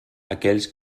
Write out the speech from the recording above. aquells